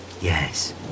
Yes